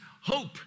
hope